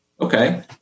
Okay